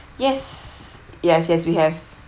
yes yes yes we have